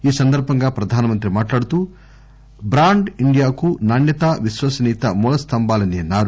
ఈ సందర్బంగా ప్రధానమంత్రి మాట్లాడుతూ బ్రాండ్ ఇండియాకు నాణ్యతా విశ్వసనీయత మూల స్థంభాలని అన్నారు